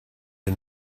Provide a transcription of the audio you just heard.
and